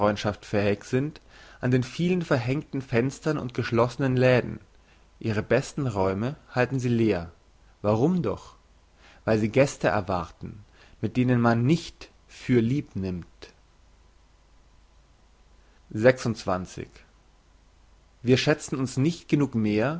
fähig sind an den vielen verhängten fenstern und geschlossenen läden ihre besten räume halten sie leer warum doch weil sie gäste erwarten mit denen man nicht fürlieb nimmt wir schätzen uns nicht genug mehr